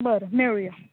बरें मेळुया